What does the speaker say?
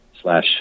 slash